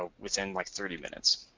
ah within like thirty minutes.